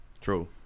true